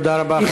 תודה רבה,